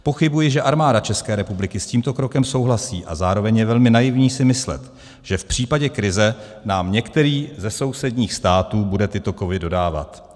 Pochybuji, že Armáda České republiky s tímto krokem souhlasí, a zároveň je velmi naivní si myslet, že v případě krize nám některý ze sousedních států bude tyto kovy dodávat.